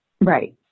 Right